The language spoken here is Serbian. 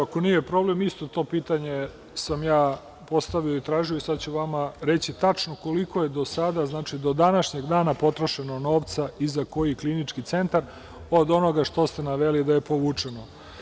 Ako nije problem, isto to pitanje sam postavio i tražio i sada ću vam reći tačno koliko je do sada, do današnjeg dana potrošeno novca i za koji klinički centar od onoga što ste naveli da je povučeno.